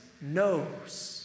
knows